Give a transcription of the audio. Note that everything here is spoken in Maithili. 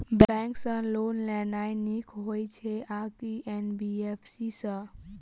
बैंक सँ लोन लेनाय नीक होइ छै आ की एन.बी.एफ.सी सँ?